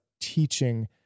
teaching